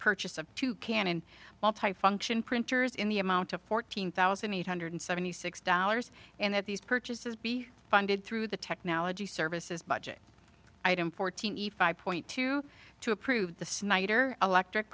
purchase of two cannon multifunction printers in the amount of fourteen thousand eight hundred seventy six dollars and that these purchases be funded through the technology services budget item fortini five point two two approve the snyder electric